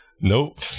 Nope